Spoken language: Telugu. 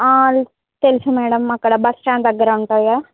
తెలుసు మేడం అక్కడ బస్ స్టాండ్ దగ్గర ఉంటుంది